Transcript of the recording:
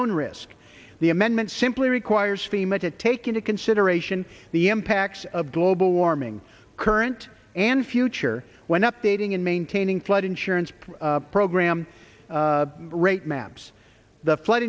own risk the amendment simply requires fema to take into consideration the impacts of global warming current and future when updating and maintaining flood insurance program rate maps the flood